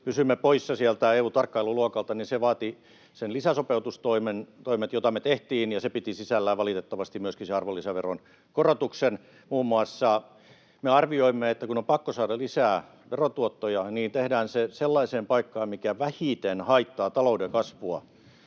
pysymme poissa sieltä EU:n tarkkailuluokalta, vaatii ne lisäsopeutustoimet, joita me tehtiin, ja se piti sisällään valitettavasti myöskin muun muassa sen arvonlisäveron korotuksen. Me arvioimme, että kun on pakko saada lisää verotuottoja, niin tehdään se sellaiseen paikkaan, mikä vähiten haittaa talouden kasvua